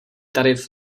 tarif